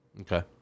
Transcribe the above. Okay